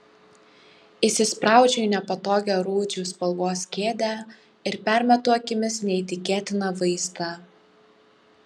įsispraudžiu į nepatogią rūdžių spalvos kėdę ir permetu akimis neįtikėtiną vaizdą